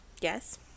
yes